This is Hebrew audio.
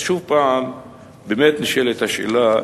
אז שוב נשאלת השאלה,